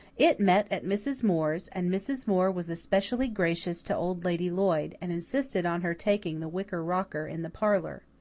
it met at mrs. moore's and mrs. moore was especially gracious to old lady lloyd, and insisted on her taking the wicker rocker in the parlour.